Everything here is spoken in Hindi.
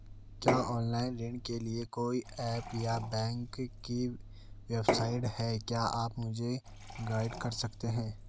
क्या ऑनलाइन ऋण के लिए कोई ऐप या बैंक की वेबसाइट है क्या आप मुझे गाइड कर सकते हैं?